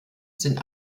sind